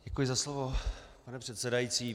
Děkuji za slovo, pane předsedající.